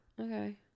Okay